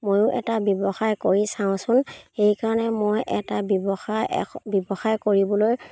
ময়ো এটা ব্যৱসায় কৰি চাওঁচোন সেইকাৰণে মই এটা ব্যৱসায় এশ ব্যৱসায় কৰিবলৈ